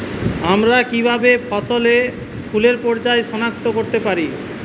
আমরা কিভাবে ফসলে ফুলের পর্যায় সনাক্ত করতে পারি?